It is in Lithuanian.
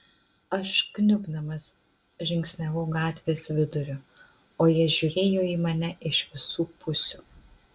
aš kniubdamas žingsniavau gatvės viduriu o jie žiūrėjo į mane iš visų pusių